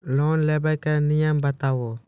Loan लेबे के नियम बताबू?